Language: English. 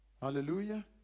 Hallelujah